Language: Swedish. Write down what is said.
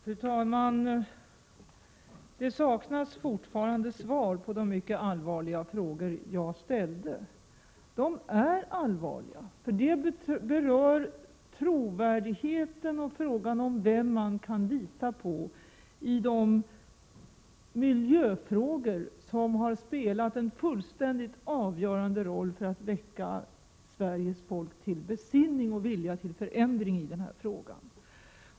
Fru talman! Det saknas fortfarande svar på de mycket allvarliga frågor jag ställde. De är verkligen allvarliga, för de berör trovärdigheten och problemet vem man kan lita på i de miljöfrågor som har spelat en fullständigt avgörande roll för att väcka Sveriges folk till besinning och vilja till förändring i det här avseendet.